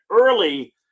early